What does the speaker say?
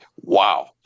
wow